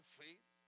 faith